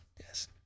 yes